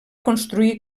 construir